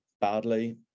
badly